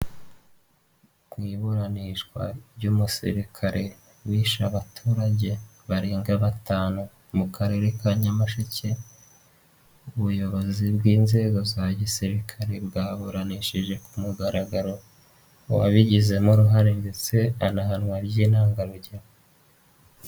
Mu iburanishwa ry'umusirikare wishe abaturage barenga batanu mu Karere ka Nyamasheke ubuyobozi bw'inzego za gisirikare bwaburanishije ku mugaragaro uwabigizemo uruhare ndetse anahanwa by'intangarugero.